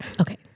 okay